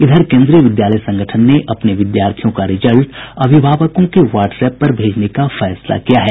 इधर कोन्द्रीय विद्यालय संगठन ने अपने विद्यार्थियों का रिजल्ट अभिभावकों के वाट्स एप पर भेजने का फैसला किया है